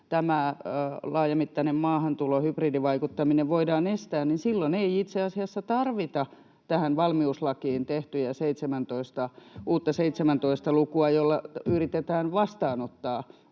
tämä laajamittainen maahantulo, hybridivaikuttaminen, voidaan estää, niin silloin ei itse asiassa tarvita tähän valmiuslakiin tehtyä uutta 17 lukua, jolla yritetään vastaanottaa